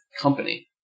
company